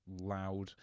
loud